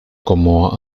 como